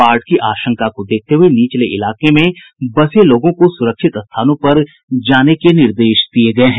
बाढ़ की आशंका को देखते हुये निचले इलाके में बसे लोगों को सुरक्षित स्थानों पर जाने के निर्देश दिये गये हैं